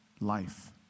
life